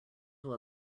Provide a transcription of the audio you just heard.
will